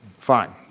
fine